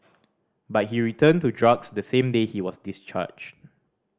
but he returned to drugs the same day he was discharged